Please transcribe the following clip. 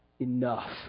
enough